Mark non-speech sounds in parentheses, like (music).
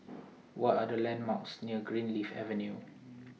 (noise) What Are The landmarks near Greenleaf Avenue